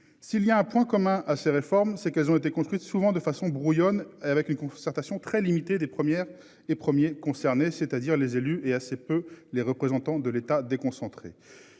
S'il y a un point commun à ces réformes, c'est qu'elles ont été construites souvent de façon brouillonne et avec une concertation très limité des premières. Les premiers concernés, c'est-à-dire les élus et assez peu les représentants de l'État déconcentrer.